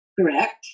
Correct